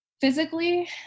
physically